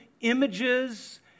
images